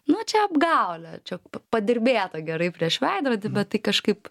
nu čia apgaulė čia padirbėta gerai prieš veidrodį bet tai kažkaip